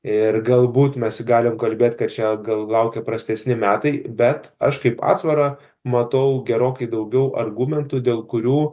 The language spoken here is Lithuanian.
ir galbūt mes galim kalbėt kad čia gal laukia prastesni metai bet aš kaip atsvarą matau gerokai daugiau argumentų dėl kurių